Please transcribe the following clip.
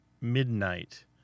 midnight